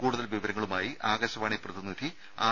കൂടുതൽ വിവരങ്ങളുമായി ആകാശവാണി പ്രതിനിധി ആർ